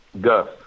gus